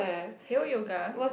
hale yoga